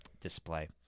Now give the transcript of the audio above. display